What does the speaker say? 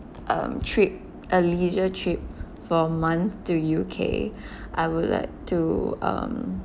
um trip a leisure trip for a month to U_K I would like to um